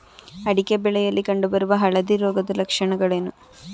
ಅಡಿಕೆ ಬೆಳೆಯಲ್ಲಿ ಕಂಡು ಬರುವ ಹಳದಿ ರೋಗದ ಲಕ್ಷಣಗಳೇನು?